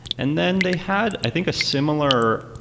and then they had i think a similar,